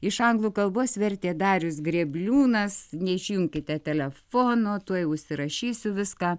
iš anglų kalbos vertė darius grėbliūnas neišjunkite telefono tuoj užsirašysiu viską